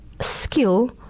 skill